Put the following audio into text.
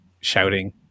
shouting